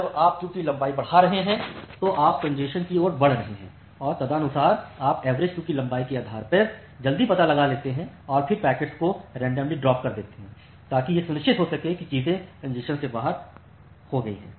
जब आप क्यू की लंबाई बढ़ा रहे हैं तो आप कॅन्जेशन की ओर बढ़ रहे हैं और तदनुसार आप एवरेज क्यू की लंबाई के आधार पर जल्दी पता लगा लेते हैं और फिर पैकेट्स को रैंडमली ड्राप कर देते हैं ताकि यह सुनिश्चित हो सके कि चीजें कॅन्जेशन से बाहर हो गयी हैं